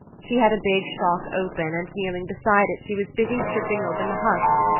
she had a big shock open and kneeling beside it she was busy stripping open the husks,